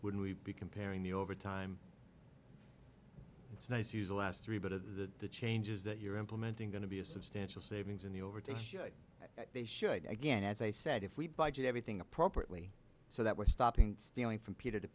would we be comparing the overtime it's nice use the last three but of the changes that you're implementing going to be a substantial savings in the over to show they should again as i said if we budget everything appropriately so that we're stopping stealing from peter to